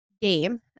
game